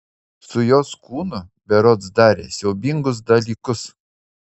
su jos kūnu berods darė siaubingus dalykus